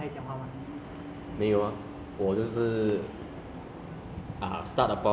久久联络一次 lor 他是 ah 每次每次讲的都是他的 Mobile Legends